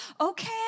Okay